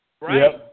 Right